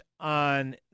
on